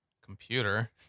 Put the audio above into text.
computer